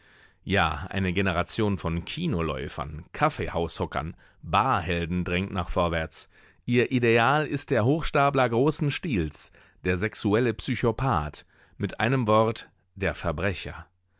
ja eine generation von kinoläufern kaffeehaushockern barhelden drängt nach vorwärts ihr ideal ist der hochstapler großen stils der sexuelle psychopath mit einem wort der verbrecher